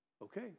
Okay